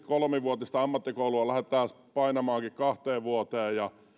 kolmivuotista ammattikoulua lähdettäisiinkin painamaan kahteen vuoteen niin